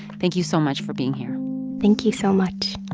thank you so much for being here thank you so much